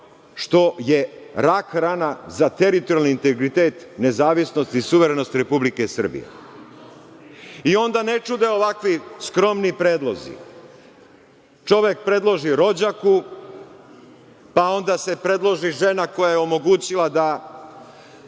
što je rak rana za teritorijalni integritet, nezavisnost i suverenost Republike Srbije. Onda ne čude ovakvi skromni predlozi. Čovek predloži rođaku, pa onda se predloži žena koja je omogućila da